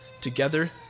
Together